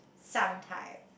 sometime